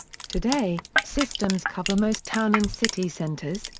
today, systems cover most town and city centres,